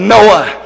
Noah